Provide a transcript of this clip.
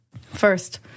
First